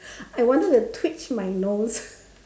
I wanted to twitch my nose